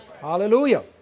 hallelujah